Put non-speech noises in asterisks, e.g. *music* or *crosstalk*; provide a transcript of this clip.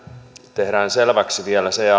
tehdään selväksi vielä se *unintelligible*